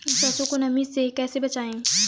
सरसो को नमी से कैसे बचाएं?